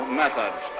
methods